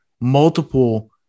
multiple –